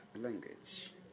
language